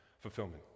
fulfillment